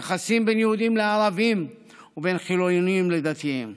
יחסים בין יהודים לערבים ובין חילונים לדתיים.